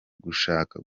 gushaka